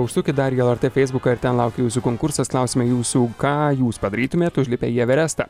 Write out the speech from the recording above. užsukit dar į lrt feisbuką ir ten laukia jūsų konkursas klausiame jūsų ką jūs padarytumėt užlipę į everestą